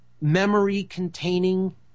memory-containing